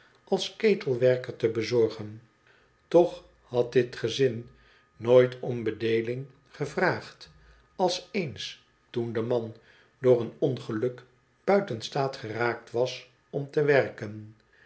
als ketelwerker te bezorgen toch had dit gezin nooit om bedeeling gevraagd als ééns toen de man door een ongeluk buiten staat geraakt was om te werken